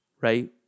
right